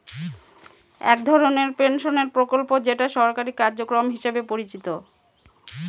এক ধরনের পেনশনের প্রকল্প যেটা সরকারি কার্যক্রম হিসেবে পরিচিত